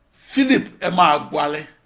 philip emeagwali,